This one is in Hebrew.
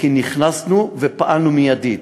כי נכנסנו ופעלנו מיידית.